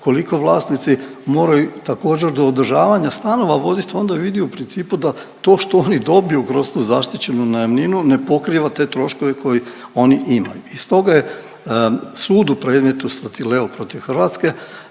koliko vlasnici moraju također do održavanja stanova vodit onda je vidi u principu da to što oni dobiju kroz tu zaštićenu najamninu ne pokriva te troškove koje oni imaju. I stoga je sud u predmetu Statileo protiv Hrvatske